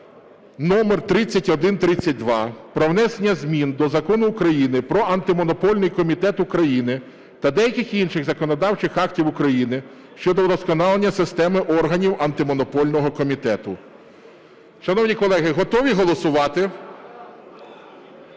№3132 про внесення змін до Закону України "Про Антимонопольний комітет України" та деяких інших законодавчих актів України щодо вдосконалення системи органів Антимонопольного комітету. Шановні колеги, готові голосувати?